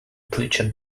preacher